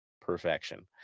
Perfection